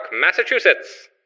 Massachusetts